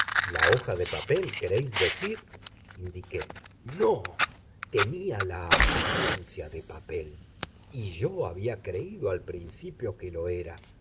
la hoja de papel queréis decir indiqué no tenía la apariencia de papel y yo había creído al principio que lo era